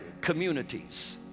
communities